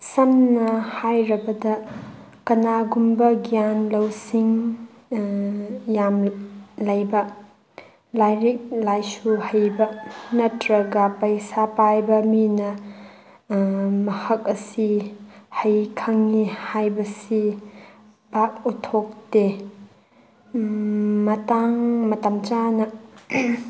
ꯁꯝꯅ ꯍꯥꯏꯔꯕꯗ ꯀꯅꯥꯒꯨꯝꯕ ꯒ꯭ꯌꯥꯟ ꯂꯧꯁꯤꯡ ꯌꯥꯝ ꯂꯩꯕ ꯂꯥꯏꯔꯤꯛ ꯂꯥꯏꯁꯨ ꯍꯩꯕ ꯅꯠꯇ꯭ꯔꯒ ꯄꯩꯁꯥ ꯄꯥꯏꯕ ꯃꯤꯅ ꯃꯍꯥꯛ ꯑꯁꯤ ꯍꯩ ꯈꯪꯉꯤ ꯍꯥꯏꯕꯁꯤ ꯄꯥꯛ ꯎꯠꯊꯣꯛꯇꯦ ꯃꯇꯥꯡ ꯃꯇꯝ ꯆꯥꯅ